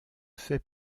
fait